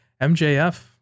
MJF